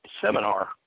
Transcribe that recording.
seminar